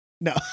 No